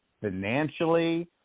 financially